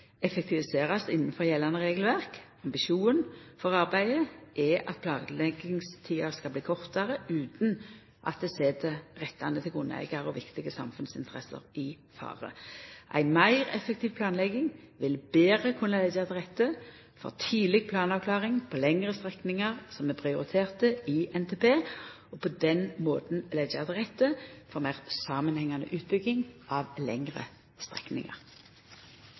effektiviserast innanfor gjeldande regelverk. Ambisjonen for arbeidet er at planleggingstida skal bli kortare utan at det set rettane til grunneigarar og viktige samfunnsinteresser i fare. Ei meir effektiv planlegging vil betre kunne leggja til rette for tidleg planavklaring på lengre strekningar som er prioriterte i NTP, og på den måten leggja til rette for meir samanhengande utbygging av lengre strekningar.